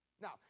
Now